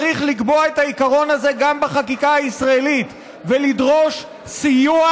צריך לקבוע את העיקרון הזה גם בחקיקה הישראלית ולדרוש סיוע